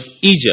Egypt